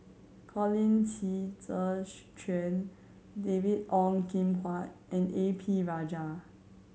Colin Qi Zhe Quan David Ong Kim Huat and A P Rajah